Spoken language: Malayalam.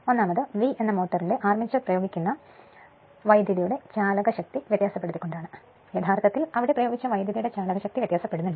ഒന്ന് V എന്ന മോട്ടോറിന്റെ ആർമേച്ചറിൽ പ്രയോഗിക്കുന്ന വൈദ്യുതിയുടെ ചാലകശക്തി വ്യത്യാസപ്പെടുത്തിക്കൊണ്ടാണ് യഥാർത്ഥത്തിൽ അവിടെ പ്രയോഗിച്ച വൈദ്യുതിയുടെ ചാലകശക്തി വ്യത്യാസപ്പെടുന്നു